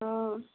অ